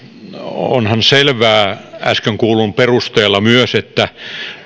onhan selvää äsken kuullun perusteella myös että